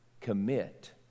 commit